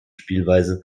spielweise